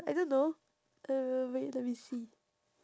I don't know uh wait let me see